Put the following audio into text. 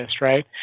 right